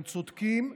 הם צודקים.